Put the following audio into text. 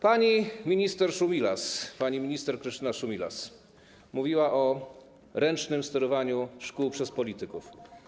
Pani minister Szumilas, pani minister Krystyna Szumilas mówiła o ręcznym sterowaniu szkołami przez polityków.